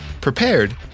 prepared